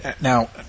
Now